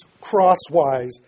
crosswise